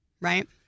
Right